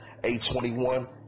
A21